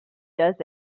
does